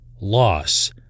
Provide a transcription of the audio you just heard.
loss